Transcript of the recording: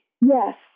Yes